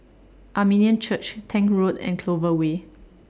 Armenian Church Tank Road and Clover Way